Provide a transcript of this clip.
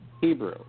Hebrew